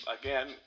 Again